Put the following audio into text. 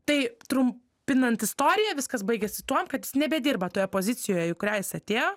tai trum pinant istoriją viskas baigėsi tuom kad jis nebedirba toje pozicijoje į kurią jis atėjo